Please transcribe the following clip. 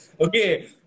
Okay